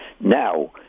now